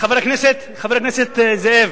חבר הכנסת זאב,